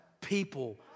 people